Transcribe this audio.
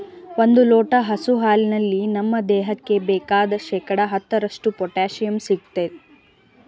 ಒಂದ್ ಲೋಟ ಹಸು ಹಾಲಲ್ಲಿ ನಮ್ ದೇಹಕ್ಕೆ ಬೇಕಾದ್ ಶೇಕಡಾ ಹತ್ತರಷ್ಟು ಪೊಟ್ಯಾಶಿಯಂ ಸಿಗ್ತದೆ